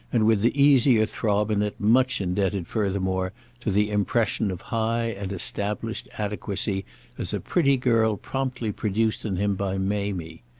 and with the easier throb in it much indebted furthermore to the impression of high and established adequacy as a pretty girl promptly produced in him by mamie.